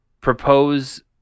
propose